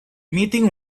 meeting